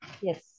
Yes